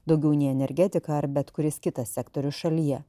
daugiau nei energetika ar bet kuris kitas sektorius šalyje